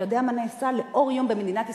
אתה יודע מה נעשה לאור יום במדינת ישראל,